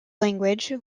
language